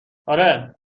آره